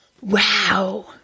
Wow